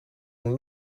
een